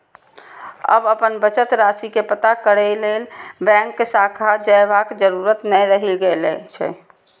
आब अपन बचत राशि के पता करै लेल बैंक शाखा जयबाक जरूरत नै रहि गेल छै